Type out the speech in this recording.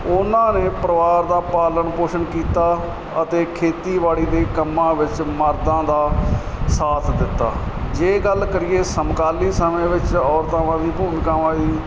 ਉਹਨਾਂ ਨੇ ਪਰਿਵਾਰ ਦਾ ਪਾਲਣ ਪੋਸ਼ਣ ਕੀਤਾ ਅਤੇ ਖੇਤੀਬਾੜੀ ਦੇ ਕੰਮਾਂ ਵਿੱਚ ਮਰਦਾਂ ਦਾ ਸਾਥ ਦਿੱਤਾ ਜੇ ਗੱਲ ਕਰੀਏ ਸਮਕਾਲੀ ਸਮੇਂ ਵਿੱਚ ਔਰਤਾਂਵਾ ਦੀ ਭੂਮਿਕਾਵਾਂ ਦੀ